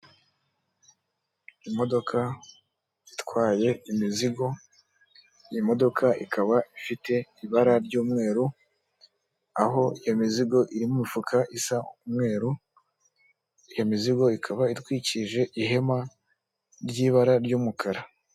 Imodoka itwaye imizigo, iyi modoka ikaba ifite ibara ry'umweru, aho iyo mizigo iri mu mifuka isa umweru. Iyo mizigo ikaba itwikije ihema ry'ibara ry'umukara.